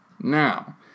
Now